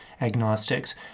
agnostics